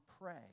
pray